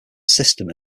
system